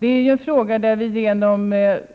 Efter